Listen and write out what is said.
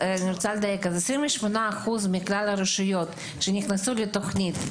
28% מכלל הרשויות נכנסו לתוכנית.